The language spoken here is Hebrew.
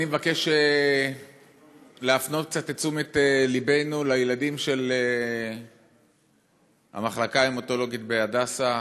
אני מבקש להפנות קצת את תשומת לבנו לילדים של המחלקה ההמטולוגית בהדסה,